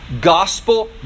Gospel